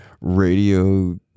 radio